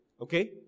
okay